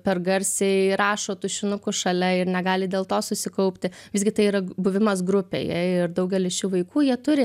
per garsiai rašo tušinuku šalia ir negali dėl to susikaupti visgi tai yra buvimas grupėje ir daugelis šių vaikų jie turi